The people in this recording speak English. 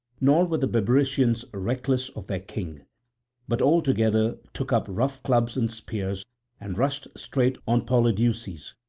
nor were the bebrycians reckless of their king but all together took up rough clubs and spears and rushed straight on polydeuces.